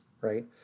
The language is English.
right